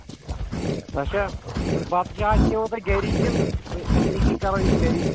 اچھا بَتہٕ یا کھیٚیوُ تُہۍ گری کِنہٕ اَسہِ أسی کرو یہِ گری